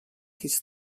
his